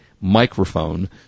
microphone